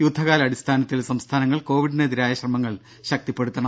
യുദ്ധകാല അടിസ്ഥാനത്തിൽ സംസ്ഥാനങ്ങൾ കോവിഡിനെ തിരായ ശ്രമങ്ങൾ ശക്തിപ്പെടുത്തണം